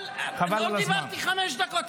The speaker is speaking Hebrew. אבל לא קיבלתי חמש דקות.